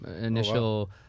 initial